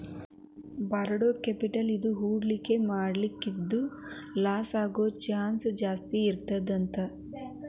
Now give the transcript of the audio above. borrowed capital ಇಂದಾ ಹೂಡ್ಕಿ ಮಾಡಿದ್ದು ಲಾಸಾಗೊದ್ ಚಾನ್ಸ್ ಜಾಸ್ತೇಇರ್ತದಂತ